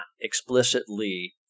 explicitly